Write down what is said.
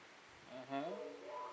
mmhmm